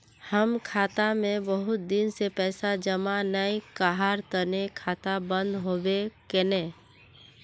हम खाता में बहुत दिन से पैसा जमा नय कहार तने खाता बंद होबे केने?